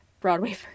Broadway